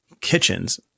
kitchens